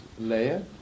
layer